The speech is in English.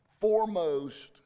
foremost